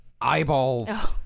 eyeballs